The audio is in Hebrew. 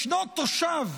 ישנו תושב,